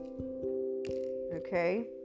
okay